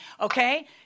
okay